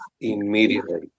immediately